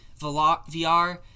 VR